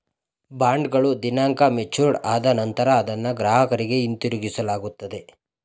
ಬಾಂಡ್ಗಳ ದಿನಾಂಕ ಮೆಚೂರ್ಡ್ ಆದ ನಂತರ ಅದನ್ನ ಗ್ರಾಹಕರಿಗೆ ಹಿಂತಿರುಗಿಸಲಾಗುತ್ತದೆ